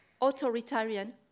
authoritarian